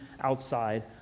outside